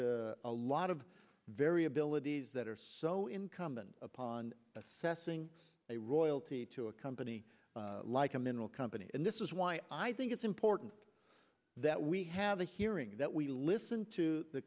a lot of very abilities that are so incumbent upon assessing a royalty to a company like a mineral company and this is why i think it's important that we have a hearing that we listen to the